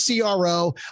CRO